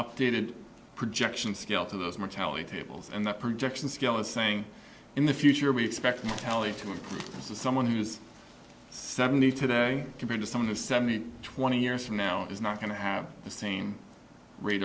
updated projection scale to those mortality tables and that projection scale is saying in the future we expect mortality to move to someone who's seventy today compared to some of the seventy twenty years from now is not going to have the